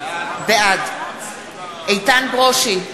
בעד איתן ברושי,